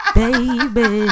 baby